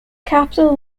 capital